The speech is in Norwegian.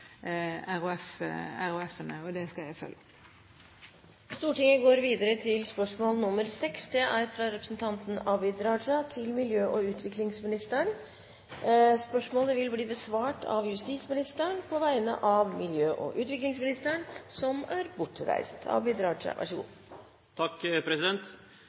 og det skal jeg følge opp. Dette spørsmålet, fra representanten Abid Q. Raja til miljø- og utviklingsministeren, vil bli besvart av justisministeren på vegne av miljø- og utviklingsministeren, som er bortreist.